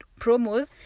promos